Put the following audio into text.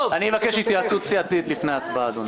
אני מבקש התייעצות סיעתית לפני הצבעה, אדוני.